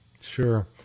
Sure